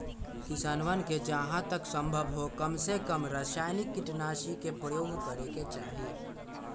किसनवन के जहां तक संभव हो कमसेकम रसायनिक कीटनाशी के प्रयोग करे के चाहि